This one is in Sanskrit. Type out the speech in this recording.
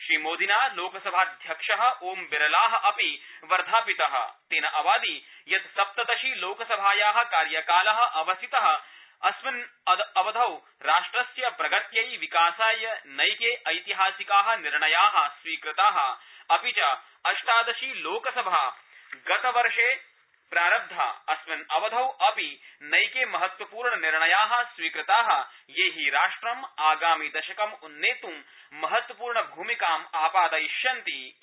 श्रीमोदिना लोकसभाध्यक्ष ओम बिरला अपि वर्धापित तेन अवादि यत् षोडशी लोकसभाया कार्यकाल अवसित अस्मिन्नवधौ राष्ट्रस्य प्रगत्यै विकासाय नैके एतिहासिक निर्णया स्वीकृता अपि च सप्तदशी लोकसभा गतवर्षे प्रारब्धा अस्मिन्नवधौ अपि नैके महत्वपूर्णनिर्णया स्वीकृता ये हि राष्ट्रं आगामि दशकं उन्नेत् महत्वपूर्णभूमिकां आपादयिष्यंति इति